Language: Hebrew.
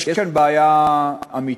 יש כאן בעיה אמיתית.